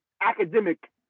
academic